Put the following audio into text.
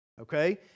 okay